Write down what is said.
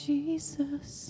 Jesus